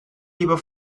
lieber